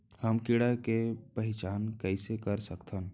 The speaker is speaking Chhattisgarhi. हम कीड़ा के पहिचान कईसे कर सकथन